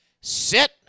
Sit